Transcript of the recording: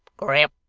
grip